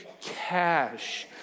cash